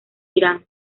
irán